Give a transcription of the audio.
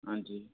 हंजी